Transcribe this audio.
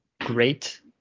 great